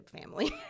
family